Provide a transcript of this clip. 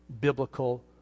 biblical